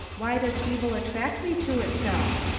why does evil attract me to itself?